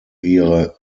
ihre